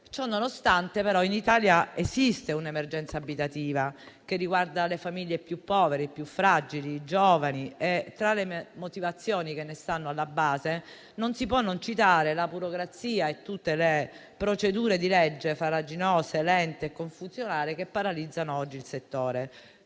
Ciononostante, in Italia esiste un'emergenza abitativa che riguarda le famiglie più povere, i più fragili e i giovani. Tra le motivazioni che ne stanno alla base non si può non citare la burocrazia e tutte le procedure di legge farraginose, lente e confusionarie che paralizzano oggi il settore.